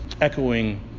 Echoing